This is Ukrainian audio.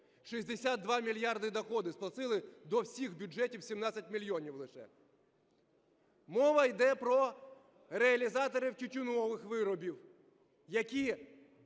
62 мільярди доходів, сплатили до всіх бюджетів 17 мільйонів лише. Мова йде про реалізаторів тютюнових виробів, які